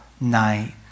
night